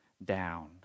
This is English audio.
down